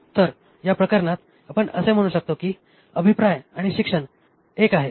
तर या प्रकरणात आपण असे म्हणू शकतो की अभिप्राय आणि शिक्षण एक आहे